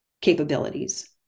capabilities